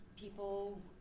people